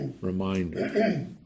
reminder